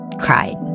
cried